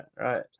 Right